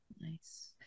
Nice